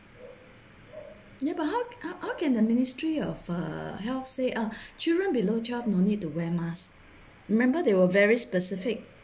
ya but how how can the ministry of uh health say uh children below twelve no need to wear mask remember they were very specific